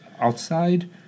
outside